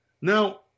Now